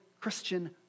Christian